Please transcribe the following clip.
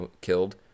killed